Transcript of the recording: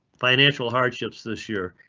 financial hardships this year.